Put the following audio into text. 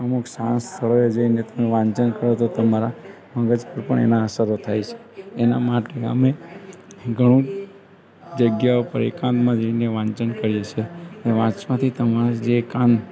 અમુક શાંત સ્થળોએ જઈને વાંચન કરો તો તમારા મગજ પર પણ એની અસરો થાય છે એના માટે અમે ઘણું જગ્યા ઉપર એકાંતમાં જઈને વાંચન કરીએ છીએ અને વાંચવાથી તમાર જે કામ